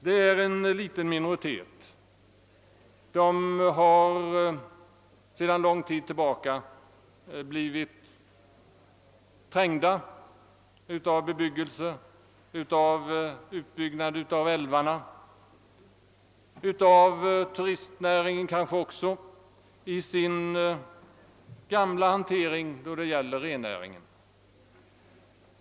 De utgör en liten minoritet som sedan lång tid tillbaka blivit trängd av bebyggelse, av utbyggnad av älvar och kanske också av turistnäringen i utövandet av sin gamla hantering, rennäringen.